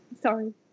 sorry